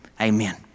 Amen